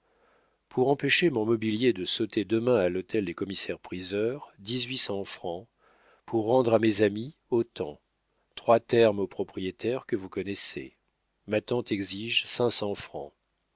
pour empêcher mon mobilier de sauter demain à l'hôtel des commissaires priseurs dix-huit cents francs pour rendre à mes amis autant trois termes au propriétaire que vous connaissez ma tante exige cinq cents francs